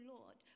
Lord